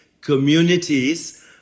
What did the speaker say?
communities